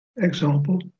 example